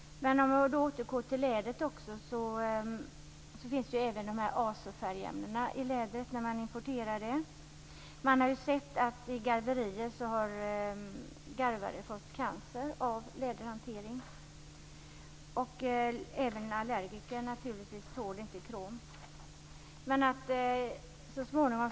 Jag återgår till lädret. Det finns azofärgämen i det importerade lädret. Garvare har fått cancer av läderhantering. Allergiker tål naturligtvis inte krom.